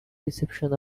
reception